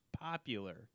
popular